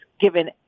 given